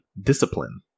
discipline